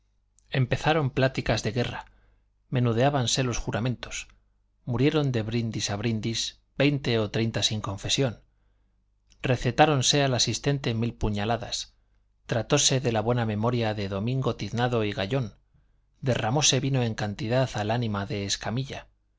empezaron pláticas de guerra menudeábanse los juramentos murieron de brindis a brindis veinte o treinta sin confesión recetáronsele al asistente mil puñaladas tratóse de la buena memoria de domingo tiznado y gayón derramóse vino en cantidad al ánima de escamilla